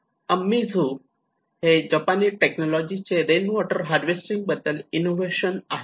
अम्मिझू हे जपानी टेक्नॉलॉजी चे रेन वॉटर हार्वेस्टिंग बद्दल इनोव्हेशन आहे